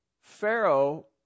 Pharaoh